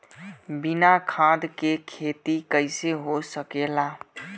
बिना खाद के खेती कइसे हो सकेला?